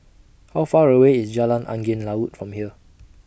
How Far away IS Jalan Angin Laut from here